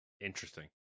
Interesting